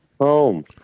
home